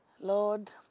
Lord